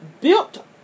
built